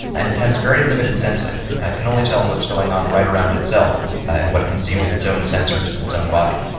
and it has very limited sensing, it can only tell what's going on right around itself and what it can see with its own sensors in its own body.